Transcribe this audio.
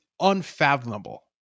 unfathomable